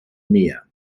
mehr